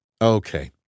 Okay